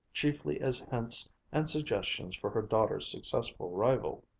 chiefly as hints and suggestions for her daughter's successful rival.